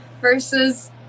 versus